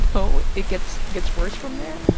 oh? it gets gets worse from there?